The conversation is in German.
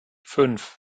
fünf